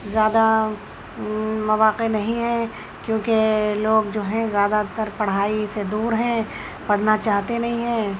زیادہ مواقع نہیں ہیں کیونکہ لوگ جو ہیں زیادہ تر پڑھائی سے دور ہیں پڑھنا چاہتے نہیں ہیں